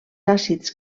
àcids